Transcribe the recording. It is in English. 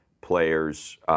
players